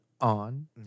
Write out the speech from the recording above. on